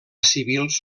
civils